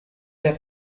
der